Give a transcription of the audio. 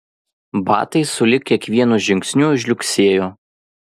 batai sulig kiekvienu žingsniu žliugsėjo